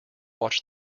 watch